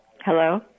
Hello